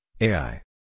AI